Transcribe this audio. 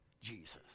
Jesus